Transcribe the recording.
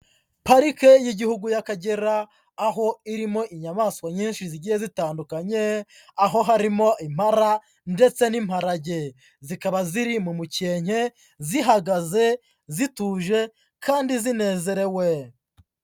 Parike y'Igihugu y'Akagera aho irimo inyamaswa nyinshi zigiye zitandukanye, aho harimo impara ndetse n'imparage, zikaba ziri mu mukenke zihagaze, zituje kandi zinezerewe.